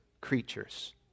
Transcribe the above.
creatures